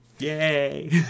Yay